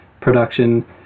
production